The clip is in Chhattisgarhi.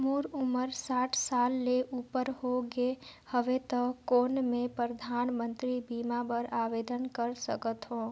मोर उमर साठ साल ले उपर हो गे हवय त कौन मैं परधानमंतरी बीमा बर आवेदन कर सकथव?